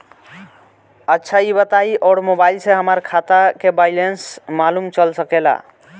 अच्छा ई बताईं और मोबाइल से हमार खाता के बइलेंस मालूम चल सकेला?